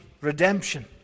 redemption